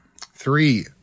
Three